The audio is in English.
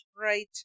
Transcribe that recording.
Right